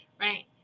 Right